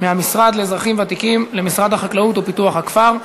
מהמשרד לאזרחים ותיקים למשרד החקלאות ופיתוח הכפר.